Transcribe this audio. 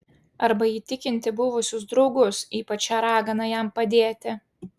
arba įtikinti buvusius draugus ypač šią raganą jam padėti